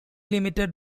limited